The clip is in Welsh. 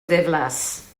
ddiflas